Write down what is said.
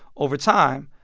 over time,